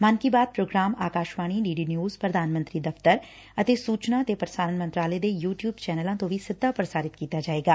ਮਨ Ki Baat programme Akashvani D D news ਪ੍ਰਧਾਨ ਮੰਤਰੀ ਦਫ਼ਤਰ ਅਤੇ ਸੂਚਨਾ ਪ੍ਸਾਰਣ ਮੰਤਰਾਲੇ ਦੇ ਯੂ ਟਿਊਬ ਚੈਨਲਾਂ ਤੋ ਵੀ ਸਿੱਧਾ ਪ੍ਸਾਰਿਤ ਕੀਤਾ ਜਾਵੇਗਾ